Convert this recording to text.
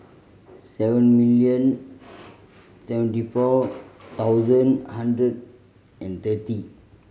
seven million seventy four thousand hundred and thirty